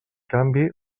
canvi